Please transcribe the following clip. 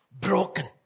broken